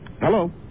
Hello